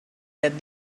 that